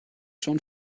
schon